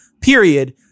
Period